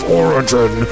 origin